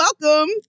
welcome